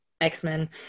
X-Men